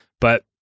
but-